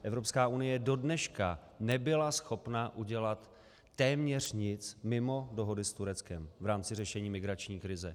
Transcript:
Evropská unie do dneška nebyla schopna udělat téměř nic mimo dohody s Tureckem v rámci řešení migrační krize.